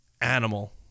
animal